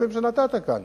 מהנימוקים שנתת כאן